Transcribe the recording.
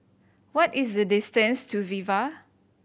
what is the distance to Viva